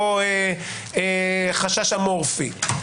לא חשש אמורפי,